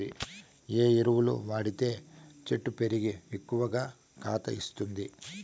ఏ ఎరువులు వాడితే చెట్టు పెరిగి ఎక్కువగా కాత ఇస్తుంది?